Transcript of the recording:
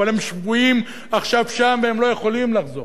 אבל הם שבויים עכשיו שם והם לא יכולים לחזור.